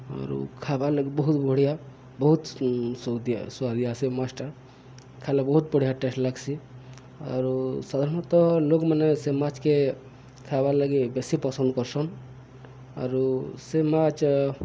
ଆରୁ ଖାଏବାର୍ ଲାଗି ବହୁତ୍ ବଢ଼ିଆ ବହୁତ୍ ସୁଆଦିଆ ସୁଆଦିଆ ସେ ମାଛ୍ଟା ଖାଏଲା ବହୁତ୍ ବଢ଼ିଆ ଟେଷ୍ଟ୍ ଲାଗ୍ସି ଆରୁ ସାଧାରଣତଃ ଲୋକମାନେ ସେ ମାଛ୍କେ ଖାଏବାର୍ ଲାଗି ବେଶୀ ପସନ୍ଦ୍ କର୍ସନ୍ ଆରୁ ସେ ମାଛ୍